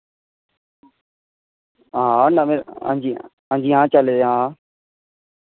हां नमें हांजी हांजी हां चले दे हां